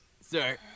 sir